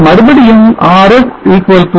பிறகு மறுபடியும் RS 0